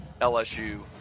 LSU